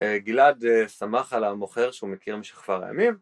גלעד שמח על המוכר שהוא מכיר משכבר הימים.